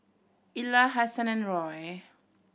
Ilah Hasan and Roy